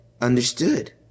understood